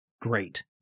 great